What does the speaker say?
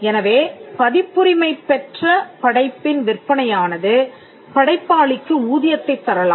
எனவே பதிப்புரிமை பெற்ற படைப்பின் விற்பனையானது படைப்பாளிக்கு ஊதியத்தைத் தரலாம்